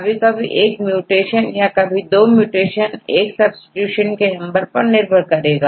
कभी कभी एक म्यूटेशन और कभी दो म्यूटेशन यह सब्सीट्यूशन के नंबर पर निर्भर करेगा